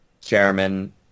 chairman